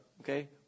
Okay